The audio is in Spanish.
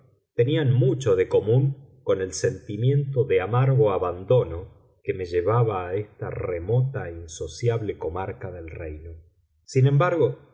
tenían mucho de común con el sentimiento de amargo abandono que me llevaba a esta remota e insociable comarca del reino sin embargo